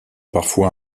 parfois